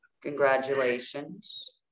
Congratulations